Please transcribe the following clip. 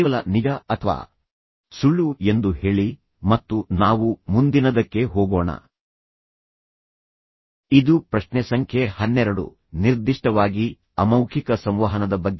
ಕೇವಲ ನಿಜ ಅಥವಾ ಸುಳ್ಳು ಎಂದು ಹೇಳಿ ಮತ್ತು ನಾವು ಮುಂದಿನದಕ್ಕೆ ಹೋಗೋಣ ಇದು ಪ್ರಶ್ನೆ ಸಂಖ್ಯೆ ಹನ್ನೆರಡು ನಿರ್ದಿಷ್ಟವಾಗಿ ಅಮೌಖಿಕ ಸಂವಹನದ ಬಗ್ಗೆ